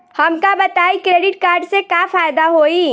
हमका बताई credit card से का फायदा होई?